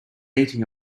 eating